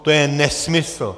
To je nesmysl!